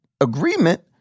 agreement